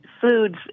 foods